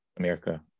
America